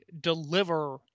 deliver